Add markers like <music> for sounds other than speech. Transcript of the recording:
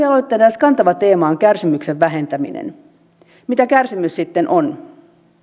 <unintelligible> aloitteen eräs kantava teema on kärsimyksen vähentäminen mitä kärsimys sitten on